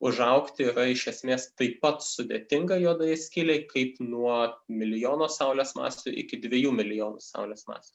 užaugti yra iš esmės taip pat sudėtinga juodajai skylei kaip nuo milijono saulės masių iki dviejų milijonų saulės masių